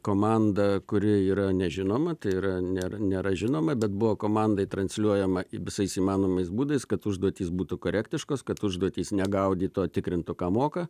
komanda kuri yra nežinoma tai yra nėr nėra žinoma bet buvo komandai transliuojama į visais įmanomais būdais kad užduotys būtų korektiškos kad užduoys ne gaudytų o tikrintų ką moka